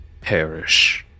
perish